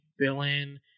villain